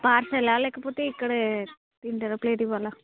పార్సలా లేకపోతే ఇక్కడే తింటార ప్లేట్ ఇవ్వాలా